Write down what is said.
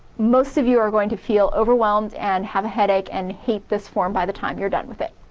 most of you are going to feel overwhelmed and have a headache and hate this form by the time you're done with it.